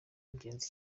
ingenzi